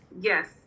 yes